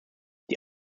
die